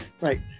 Right